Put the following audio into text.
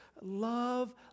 love